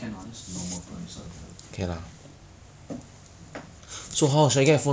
some no ye~ no no no no no no I play on sixty hertz a long time already